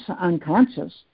unconscious